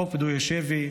חוק פדויי שבי,